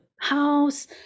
house